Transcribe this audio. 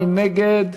מי נגד?